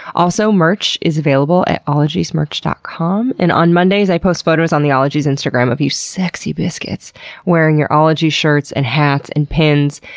also, merch is available at ologiesmerch dot com and on mondays i post photos on the ologies instagram of you sexy biscuits wearing your ologies shirts and hats and pins.